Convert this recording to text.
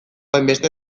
hainbeste